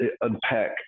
unpack